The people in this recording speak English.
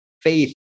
faith